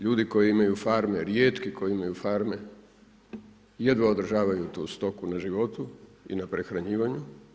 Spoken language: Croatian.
Ljudi koji imaju farme, rijetki koji imaju farme jedva održavaju tu stoku na životu i na prehranjivanju.